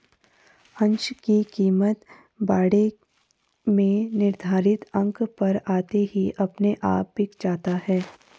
अंश की कीमत बाड़े में निर्धारित अंक पर आते ही अपने आप बिक जाता है